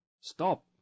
Stop